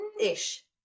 ish